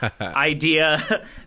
idea